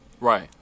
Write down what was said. right